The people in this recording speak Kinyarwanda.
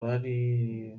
bari